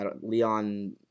Leon